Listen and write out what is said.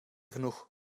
genoeg